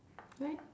right